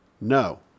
No